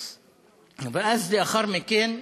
ואז, לאחר מכן,